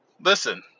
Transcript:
listen